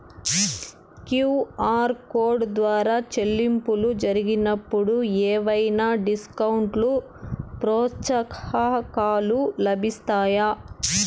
QR code ద్వారా చెల్లింపులు జరిగినప్పుడు ఏవైనా డిస్కౌంట్ లు, ప్రోత్సాహకాలు లభిస్తాయా?